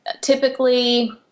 typically